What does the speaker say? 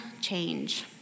change